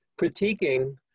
critiquing